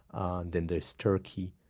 and then there's turkey,